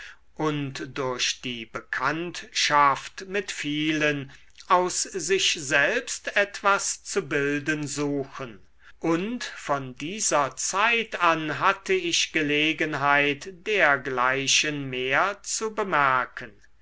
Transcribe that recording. und durch die bekanntschaft mit vielen aus sich selbst etwas zu bilden suchen und von dieser zeit an hatte ich gelegenheit dergleichen mehr zu bemerken